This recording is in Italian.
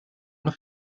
alla